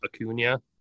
Acuna